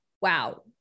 wow